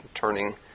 turning